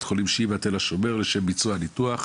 החולים שיבא-תל השומר לשם ביצוע הניתוח.